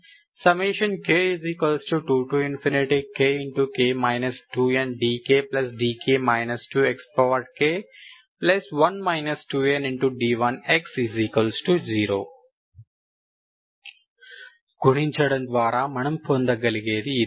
k2kk 2ndkdk 2xk1 2nd1x 0 గుణించడం ద్వారా మనం పొందగలిగేది ఇదే